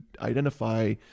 identify